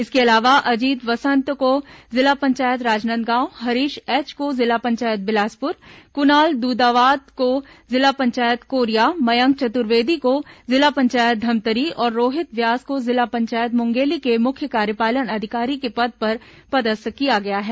इसके अलावा अजीत वसंत को जिला पंचायत राजनांदगांव हरीश एच को जिला पंचायत बिलासपुर कुनाल दुदावत को जिला पंचायत कोरिया मयंक चतुर्वेदी को जिला पंचायत धमतरी और रोहित व्यास को जिला पंचायत मुंगेली के मुख्य कार्यपालन अधिकारी के पद पर पदस्थ किया गया है